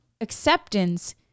acceptance